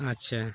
আচ্ছা